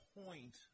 point